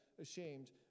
ashamed